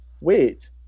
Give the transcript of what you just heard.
wait